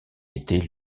était